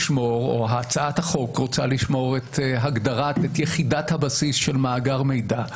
והצעת החוק רוצה לשמור את יחידת הבסיס של מאגר מידע,